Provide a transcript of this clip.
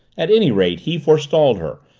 at any rate, he forestalled her,